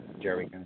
Jerry